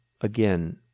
again